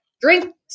drink